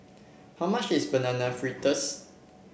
how much is Banana Fritters